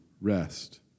rest